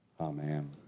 amen